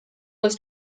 was